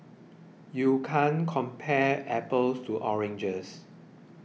you can't compare apples to oranges